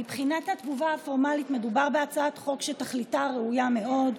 מבחינת התגובה הפורמלית: מדובר בהצעת חוק שתכליתה ראויה מאוד,